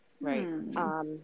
right